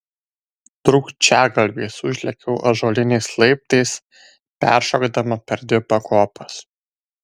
trūkčiagalviais užlėkiau ąžuoliniais laiptais peršokdama per dvi pakopas